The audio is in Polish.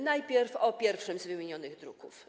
Najpierw o pierwszym z wymienionych druków.